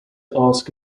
ask